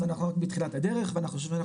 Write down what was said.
אז אנחנו רק בתחילת הדרך ואני חושב שאנחנו